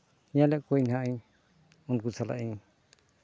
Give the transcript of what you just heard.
ᱧᱮᱞᱮᱫ ᱠᱩᱣᱟᱹᱧ ᱱᱟᱦᱟᱜ ᱤᱧ ᱩᱱᱠᱩ ᱥᱟᱞᱟ ᱤᱧ